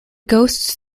ghosts